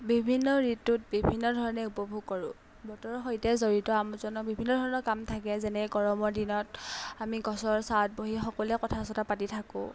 বিভিন্ন ঋতুত বিভিন্ন ধৰণে উপভোগ কৰোঁ বতৰৰ সৈতে জড়িত আমোদজনক বিভিন্ন ধৰণৰ কাম থাকে যেনে গৰমৰ দিনত আমি গছৰ ছাঁত বহি সকলোৱে কথা চথা পাতি থাকোঁ